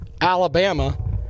Alabama